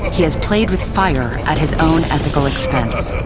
he has played with fire at his own ethical expense.